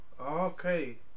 okay